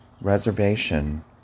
Reservation